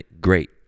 great